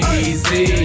easy